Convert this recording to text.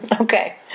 Okay